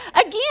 again